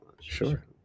Sure